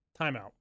timeout